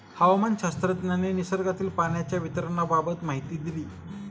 हवामानशास्त्रज्ञांनी निसर्गातील पाण्याच्या वितरणाबाबत माहिती दिली